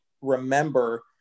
remember